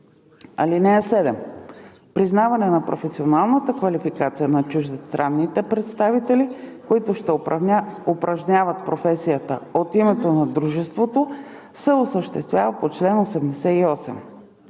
(7) Признаване на професионалната квалификация на чуждестранните представители, които ще упражняват професията от името на дружеството, се осъществява по реда